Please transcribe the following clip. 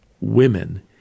women